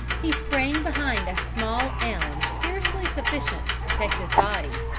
he sprang behind a small elm scarcely sufficient to protect his body,